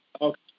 Okay